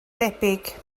debyg